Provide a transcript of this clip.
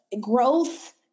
Growth